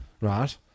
Right